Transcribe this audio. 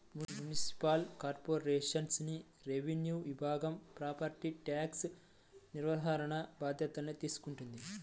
municipal కార్పొరేషన్లోని revenue విభాగం property tax నిర్వహణ బాధ్యతల్ని తీసుకుంటది